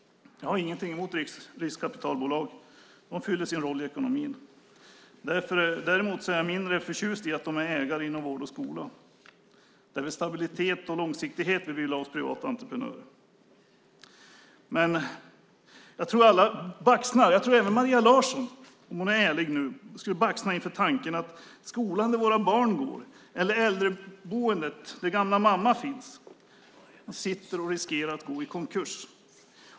Jag har inget emot riskkapitalbolag. De fyller sin roll i ekonomin. Däremot är jag mindre förtjust i att de är ägare inom vård och skola. Vi vill ha stabilitet och långsiktighet hos privata entreprenörer. Jag tror att alla - även Maria Larsson, om hon är ärlig - skulle baxna inför tanken att skolan där våra barn går, eller äldreboendet där gamla mamma finns, riskerar att gå i konkurs.